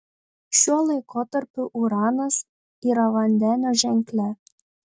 šiuo laikotarpiu uranas yra vandenio ženkle